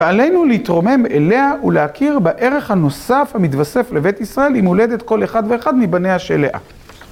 ועלינו להתרומם אליה ולהכיר בערך הנוסף המתווסף לבית ישראל עם הולדת כל אחד ואחד מבניה של לאה.